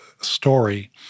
story